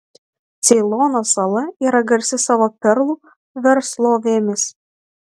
ceilono sala yra garsi savo perlų verslovėmis